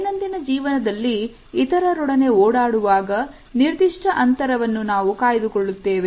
ದೈನಂದಿನ ಜೀವನದಲ್ಲಿ ಇತರರೊಡನೆ ಓಡಾಡುವಾಗ ನಿರ್ದಿಷ್ಟ ಅಂತರವನ್ನು ನಾವು ಕಾಯ್ದುಕೊಳ್ಳುತ್ತವೆ